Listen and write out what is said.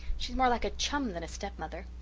she's more like a chum than a step-mother.